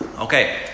Okay